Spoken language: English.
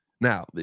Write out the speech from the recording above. Now